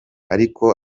ariko